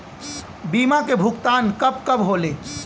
बीमा के भुगतान कब कब होले?